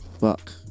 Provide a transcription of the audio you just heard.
fuck